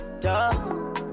duh